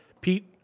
Pete